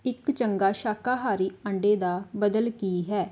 ਇੱਕ ਚੰਗਾ ਸ਼ਾਕਾਹਾਰੀ ਅੰਡੇ ਦਾ ਬਦਲ ਕੀ ਹੈ